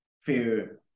fear